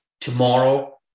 Tomorrow